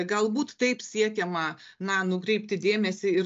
galbūt taip siekiama na nukreipti dėmesį ir